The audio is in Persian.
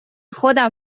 خودم